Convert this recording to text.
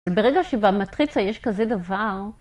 ‫ברגע שבמטריצה יש כזה דבר...